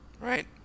right